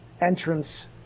entrance